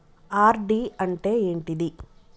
RD అంటే ఏంటిది?